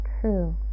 true